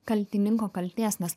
kaltininko kaltės nes